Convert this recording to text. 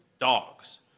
dogs